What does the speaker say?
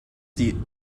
die